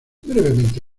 brevemente